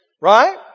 Right